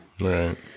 Right